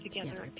together